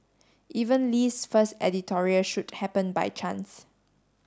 even Lee's first editorial shoot happened by chance